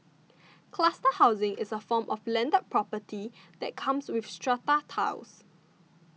cluster housing is a form of landed property that comes with strata titles